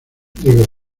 diego